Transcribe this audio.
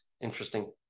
interesting